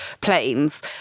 planes